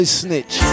snitch